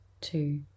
two